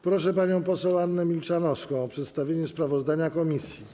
Proszę panią poseł Annę Milczanowską o przedstawienie sprawozdania komisji.